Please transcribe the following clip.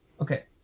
okay